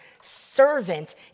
servant